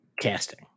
casting